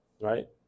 right